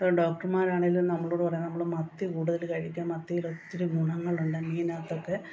ഇപ്പം ഡോക്ടർമാരാണെങ്കിലും നമ്മളോടു പറയ്യുന്നത് നമ്മൾ മത്തി കൂടുതൽ കഴിക്കുക മത്തിയിലൊത്തിരി ഗുണങ്ങളുണ്ട് മീനകത്തൊക്കെ